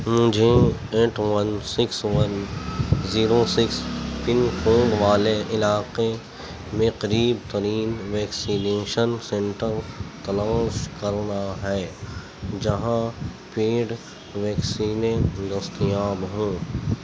مجھے eight one six one zero six pin code والے علاقے میں قریب ترین ویکسینیشن سینٹر تلاش کرنا ہے جہاں پیڈ ویکسینیں دستیاب ہوں